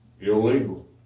illegal